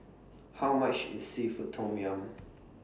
How much IS Seafood Tom Yum